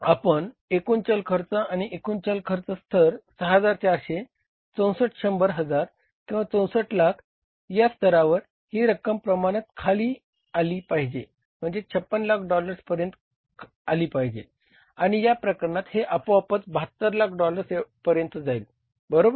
आपण एकूण चल खर्च आणि एकूण चल खर्च स्तर 6400 64 शंभर हजार किंवा 64 लाख या स्तरावर ही रक्कम प्रमाणात खाली आली पाहिजे म्हणजे 56 लाख डॉलर्स पर्यंत आली पाहिजे आणि या प्रकरणात हे आपोआपच 72 लाख डॉलर्स पर्यंत जाईल बरोबर